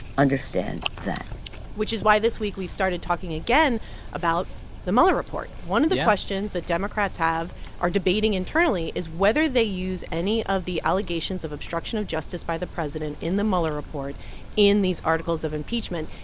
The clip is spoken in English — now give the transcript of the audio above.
understand that which is why this week we started talking again about the mueller report yeah one of the questions that democrats have are debating internally is whether they use any of the allegations of obstruction of justice by the president in the mueller report in these articles of impeachment,